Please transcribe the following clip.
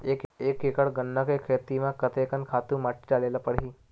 एक एकड़ गन्ना के खेती म कते कन खातु माटी डाले ल पड़ही?